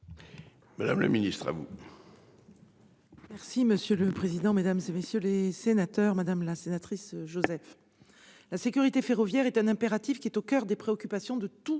Madame la ministre, vous